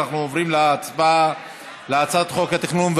אנחנו עוברים להצבעה על הצעת חוק התכנון,